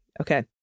Okay